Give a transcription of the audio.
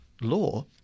law